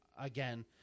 again